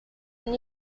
new